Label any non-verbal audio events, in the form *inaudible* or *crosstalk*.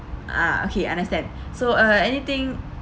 ah okay understand *breath* so uh anything